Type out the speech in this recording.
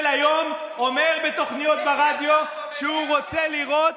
היום אומר בתוכניות ברדיו שהוא רוצה לירות,